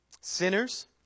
Sinners